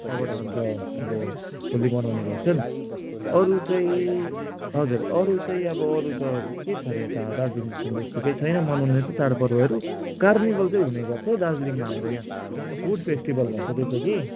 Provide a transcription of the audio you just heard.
त्यहाँबाट अन्त अब होली मनाउने गर्छन् अरू चाहिँ हजुर अरू चाहिं अब अरू त के छ र यता दार्जिलिङतिर यस्तो केही छैन मनाउने चाडपर्वहरू कार्निभल चाहिँ हुने गर्छ है दार्जिलिङमा हाम्रो यहाँ फुड फेस्टिभल भन्दोरहेछ कि